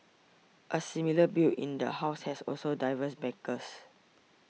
a similar bill in the House also has diverse backers